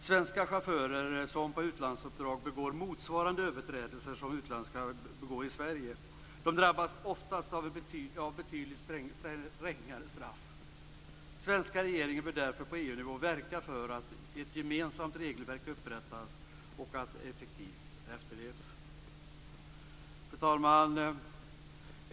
Svenska chaufförer som på utlandsuppdrag begår motsvarande överträdelser drabbas oftast av betydligt strängare straff. Svenska regeringen bör därför på EU-nivå verka för att ett gemensamt regelverk upprättas och att det efterlevs på ett effektivt sätt. Fru talman!